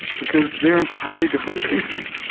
because they're entirely different species,